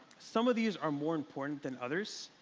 some of these are more important than others.